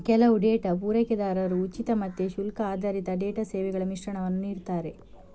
ಕೆಲವು ಡೇಟಾ ಪೂರೈಕೆದಾರರು ಉಚಿತ ಮತ್ತೆ ಶುಲ್ಕ ಆಧಾರಿತ ಡೇಟಾ ಸೇವೆಗಳ ಮಿಶ್ರಣವನ್ನ ನೀಡ್ತಾರೆ